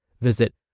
Visit